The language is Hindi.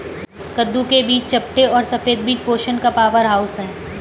कद्दू के बीज चपटे और सफेद बीज पोषण का पावरहाउस हैं